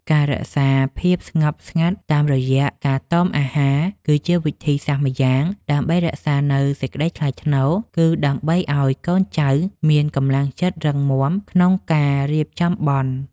ការរក្សាភាពស្ងប់ស្ងាត់តាមរយៈការតមអាហារគឺជាវិធីសាស្ត្រម្យ៉ាង ដើម្បីរក្សានូវសេចក្តីថ្លៃថ្នូរ គឺដើម្បីឱ្យកូនចៅមានកម្លាំងចិត្តរឹងមាំក្នុងការរៀបចំបុណ្យ។